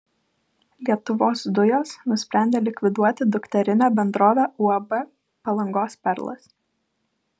lietuvos dujos nusprendė likviduoti dukterinę bendrovę uab palangos perlas